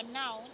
now